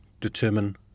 determine